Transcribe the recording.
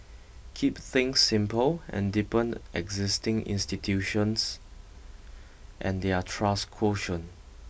keep things simple and deepen existing institutions and their trust quotient